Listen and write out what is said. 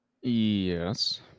yes